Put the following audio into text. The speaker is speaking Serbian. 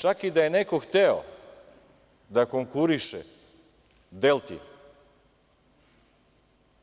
Znači, čak i da je neko hteo da konkuriše „Delti“